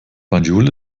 banjul